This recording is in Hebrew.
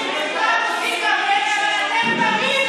חבר הכנסת גינזבורג.